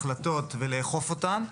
החלטות ולאכוף אותם.